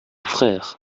frère